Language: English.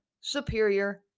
superior